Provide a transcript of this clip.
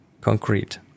concrete